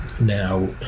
Now